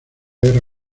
guerra